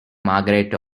margaret